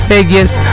Figures